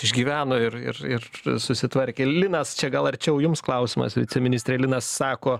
išgyveno ir ir ir susitvarkė linas čia gal arčiau jums klausimas viceministre linas sako